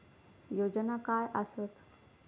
योजना काय आसत?